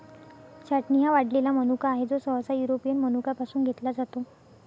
छाटणी हा वाळलेला मनुका आहे, जो सहसा युरोपियन मनुका पासून घेतला जातो